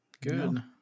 good